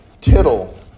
tittle